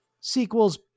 sequels